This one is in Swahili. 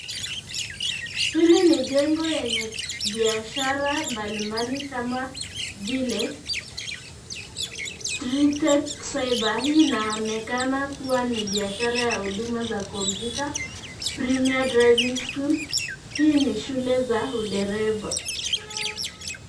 Hili ni jengo yenye biashara mbalimbali kama vile Tritech Cyber. Hii inaonekana kuwa ni biashara ya huduma za kompyuta, Premier Driving School, hii ni shule za udereva.